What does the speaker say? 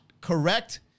correct